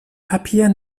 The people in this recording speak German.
papier